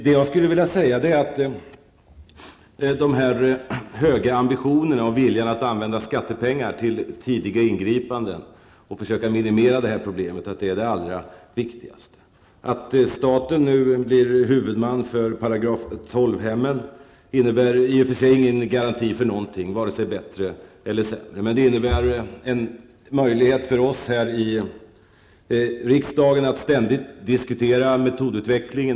Det allra viktigaste är att bibehålla de höga ambitionerna och viljan att använda skattepengar till tidiga ingripanden och att försöka minimera problemet. Att staten nu blir huvudman för § 12 hemmen innebär i och för sig ingen garanti för något, inte vare sig bättre eller sämre. Men det innebär en möjlighet för oss i riksdagen att ständigt diskutera metodutveckling.